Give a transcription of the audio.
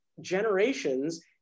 generations